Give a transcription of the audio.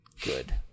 Good